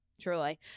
Truly